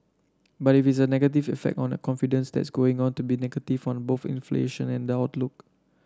but if it's a negative effect on a confidence that's going to be negative on both inflation and the outlook